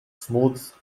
smooths